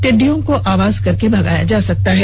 टिड्डियों को आवाज करके भगाया जा सकता है